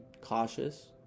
cautious